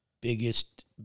biggest